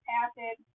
acid